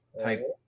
type